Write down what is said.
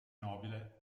nobile